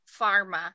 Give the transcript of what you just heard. pharma